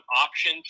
option